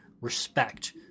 respect